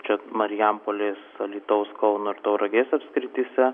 čia marijampolės alytaus kauno ir tauragės apskrityse